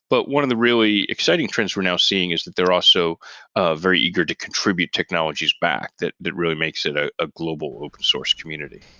but one of the really exciting trends we're now seeing is that they're also ah very eager to contribute technologies back that that really makes it a ah global open source community.